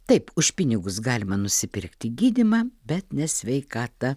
taip už pinigus galima nusipirkti gydymą bet ne sveikatą